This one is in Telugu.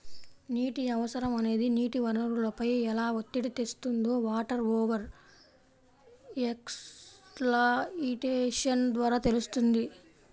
నీటి అవసరం అనేది నీటి వనరులపై ఎలా ఒత్తిడి తెస్తుందో వాటర్ ఓవర్ ఎక్స్ప్లాయిటేషన్ ద్వారా తెలుస్తుంది